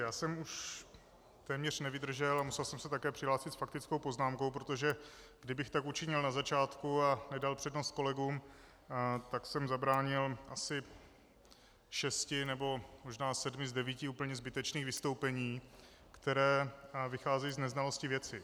Já jsem už téměř nevydržel a musel jsem se také přihlásit s faktickou poznámkou, protože kdybych tak učinil na začátku a nedal přednost kolegům, tak jsem zabránil asi šest nebo možná sedmi z devíti úplně zbytečných vystoupení, která vycházejí z neznalosti věci.